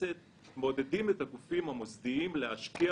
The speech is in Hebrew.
בכנסת מעודדים את הגופים המוסדיים להשקיע